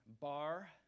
Bar